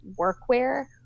workwear